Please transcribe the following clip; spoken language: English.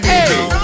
Hey